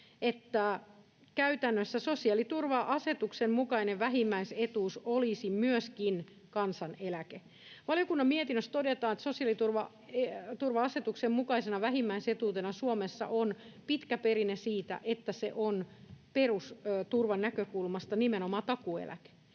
että käytännössä sosiaaliturva-asetuksen mukainen vähimmäisetuus olisi myöskin kansaneläke. Valiokunnan mietinnössä todetaan, että sosiaaliturva-asetuksen mukaisen vähimmäisetuuden osalta Suomessa on pitkä perinne siitä, että se on perusturvan näkökulmasta nimenomaan takuueläke,